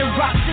rock